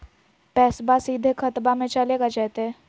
पैसाबा सीधे खतबा मे चलेगा जयते?